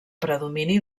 predomini